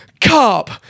Cup